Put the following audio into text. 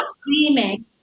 screaming